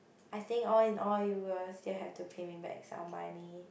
I think all in all you were still have to pay me back some money